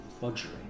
luxury